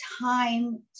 time